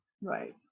Right